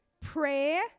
prayer